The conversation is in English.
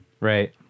Right